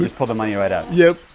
just pulls the money right out yup.